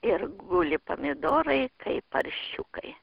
ir guli pamidorai kaip paršiukai